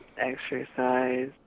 Exercise